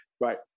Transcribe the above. Right